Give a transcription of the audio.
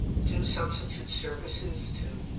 do substitute services to